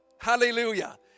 Hallelujah